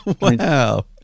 Wow